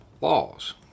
laws